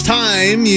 time